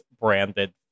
branded